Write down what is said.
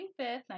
25th